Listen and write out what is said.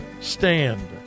stand